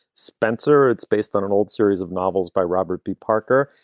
spencer it's based on an old series of novels by robert b parker,